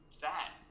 fat